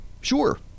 Sure